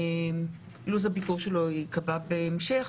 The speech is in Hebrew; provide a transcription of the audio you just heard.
לו"ז הביקור המפורט ייקבע בהמשך,